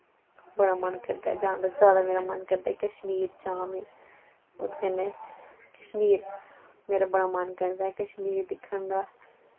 बड़ा मन करदा ऐ जान दा ज्यादा मेरा मन करदा ऐ कश्मीर जां में ओह्दे कन्नै कश्मीर मेरा बड़ा मन करदा ऐ कश्मीर दिक्खन दा